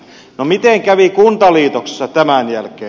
no miten kävi kuntaliitoksessa tämän jälkeen